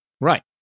Right